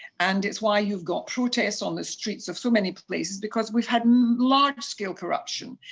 and it's why you've got protests on the streets of so many places, because we've had and large-scale corruption,